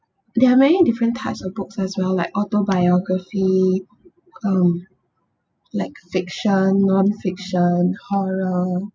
there are many different types of books as well like autobiography um like fiction non-fiction horror